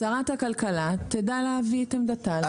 שרת הכלכלה תדע להביא את עמדתה לנציגים פה,